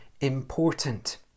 important